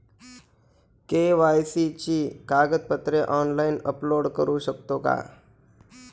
KYC ची कागदपत्रे online upload करू शकतो का?